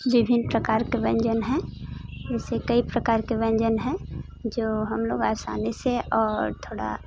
विभिन्न प्रकार के व्यंजन हैं वैसे कई प्रकार के व्यंजन हैं जो हम लोग असानी से और थोड़ा